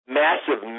massive